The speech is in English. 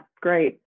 great